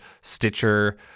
stitcher